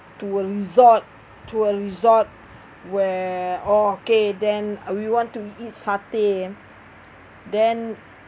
to a resort to a resort where okay then uh we want to eat satay then